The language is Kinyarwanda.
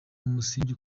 umusingi